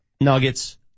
Nuggets